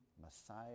messiah